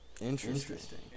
Interesting